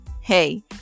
Hey